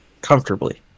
Comfortably